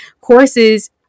courses